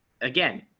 again